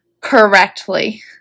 correctly